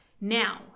Now